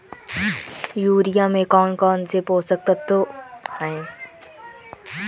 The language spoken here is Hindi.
यूरिया में कौन कौन से पोषक तत्व है?